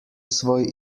svoj